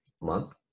month